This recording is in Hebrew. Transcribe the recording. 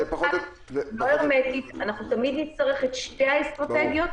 לא הרמטית, אנחנו תמיד נצטרך את שתי האסטרטגיות,